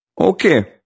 Okay